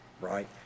right